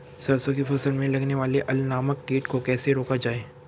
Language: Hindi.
सरसों की फसल में लगने वाले अल नामक कीट को कैसे रोका जाए?